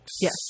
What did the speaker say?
Yes